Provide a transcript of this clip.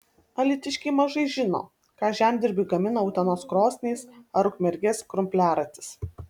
alytiškiai mažai žino ką žemdirbiui gamina utenos krosnys ar ukmergės krumpliaratis